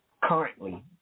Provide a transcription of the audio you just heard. Currently